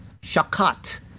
shakat